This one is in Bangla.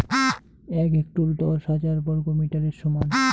এক হেক্টর দশ হাজার বর্গমিটারের সমান